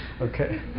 Okay